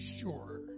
sure